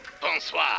Bonsoir